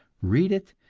read it,